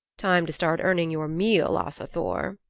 time to start earning your meal, asa thor,